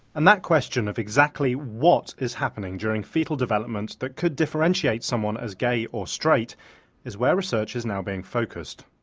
and that question of exactly what is happening during foetal development that could differentiate someone as gay or straight is where research is now being focused.